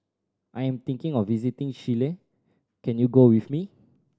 I am thinking of visiting Chile can you go with me